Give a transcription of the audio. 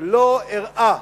לא הראה